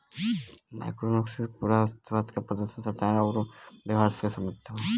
macroeconomics पूरे अर्थव्यवस्था क प्रदर्शन, संरचना आउर व्यवहार से संबंधित हौ